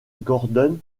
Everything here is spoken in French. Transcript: gordon